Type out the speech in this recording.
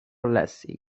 lessing